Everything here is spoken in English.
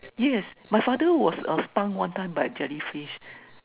yes my father was uh stung one time by jellyfish